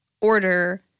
order